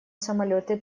самолеты